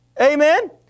Amen